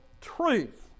truth